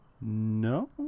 No